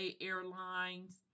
Airlines